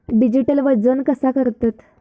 Digital वजन कसा करतत?